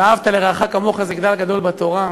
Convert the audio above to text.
ואהבת לרעך כמוך זה כלל גדול בתורה.